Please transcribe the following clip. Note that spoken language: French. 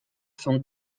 font